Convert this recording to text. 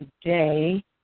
today